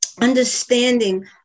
understanding